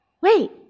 wait